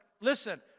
Listen